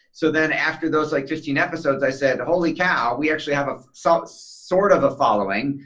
so then after those like fifteen episodes, i said holy cow we actually have ah some sort of a following.